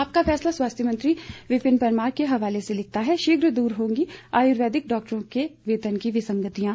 आपका फैसला स्वास्थ्य मंत्री विपिन परमार के हवाले से लिखता है शीघ्र दूर होंगी आयुर्वेदिक डॉक्टरों के वेतन की विसंगतियां